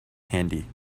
handy